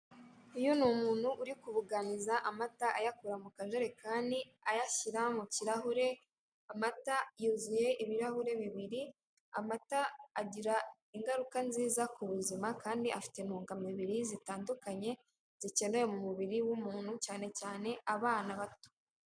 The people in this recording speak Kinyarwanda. Uyu ni umuntu uri kubuhaniza amata ayakura mu kajerekani, ayashyira mu kirahure, amata yuzuye ibirahure bibiri, amata agira ingaruka nziza ku buzima kandi agira intungamubiri zikenewe mu mubiri, w'umuntu cyane cyane abana bato.